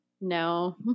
no